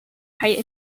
height